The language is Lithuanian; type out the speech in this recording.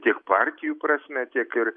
tiek partijų prasme tiek ir